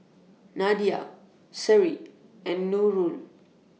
Nadia Seri and Nurul